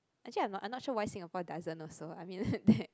actually I'm not I'm not sure why Singapore doesn't also I mean